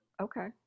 okay